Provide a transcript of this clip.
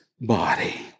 body